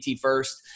first